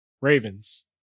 Ravens